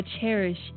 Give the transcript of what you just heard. cherish